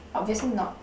obviously not